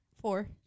four